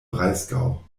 breisgau